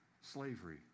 slavery